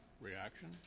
reaction